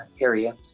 area